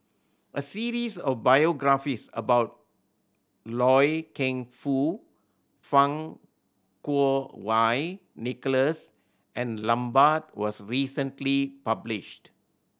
a series of biographies about Loy Keng Foo Fang Kuo Wei Nicholas and Lambert was recently published